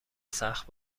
سخت